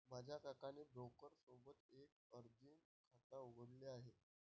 माझ्या काकाने ब्रोकर सोबत एक मर्जीन खाता उघडले आहे